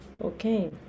Okay